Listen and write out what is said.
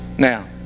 Now